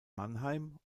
mannheim